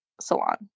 salon